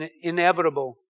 inevitable